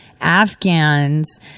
afghans